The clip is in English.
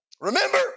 Remember